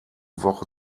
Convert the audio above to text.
woche